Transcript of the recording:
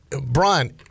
Brian